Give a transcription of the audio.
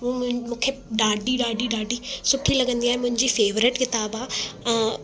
ऐं मू मूंखे ॾाढी ॾाढी ॾाढी सुठी लॻंदी आहे मुंहिंजी फेवरेट किताबु आहे